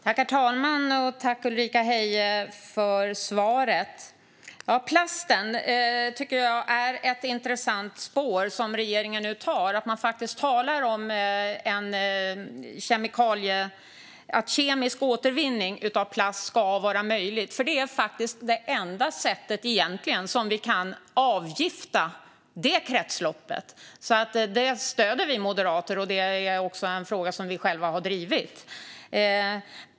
Herr talman! Tack, Ulrika Heie, för svaret! Plasten är ett intressant spår som regeringen nu tar. Man talar om att kemisk återvinning av plast ska vara möjlig. Det är egentligen det enda sättet som vi kan avgifta det kretsloppet. Det stöder vi moderater. Det är också en fråga som vi själva har drivit.